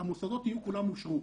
המוסדות יהיו כולם אושרו.